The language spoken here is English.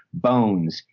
bones,